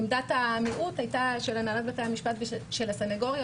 עמדת המיעוט היתה של הנהלת בתי המשפט ושל הסנגוריה,